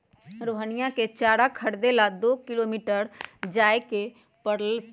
रोहिणीया के चारा खरीदे ला दो किलोमीटर जाय पड़लय